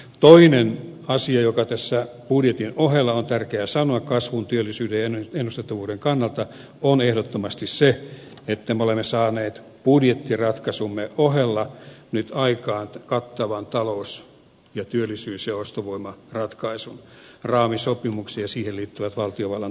toinen asia joka tässä budjetin ohella on tärkeä sanoa kasvun työllisyyden ja ennustettavuuden kannalta on ehdottomasti se että me olemme saaneet budjettiratkaisumme ohella nyt aikaan kattavan talous ja työllisyys ja ostovoimaratkaisun raamisopimuksen ja siihen liittyvät valtiovallan toimenpiteet